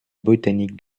botanique